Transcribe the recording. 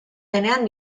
denean